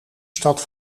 stad